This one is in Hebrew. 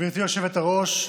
גברתי היושבת-ראש,